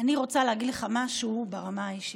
אני רוצה להגיד לך משהו ברמה האישית.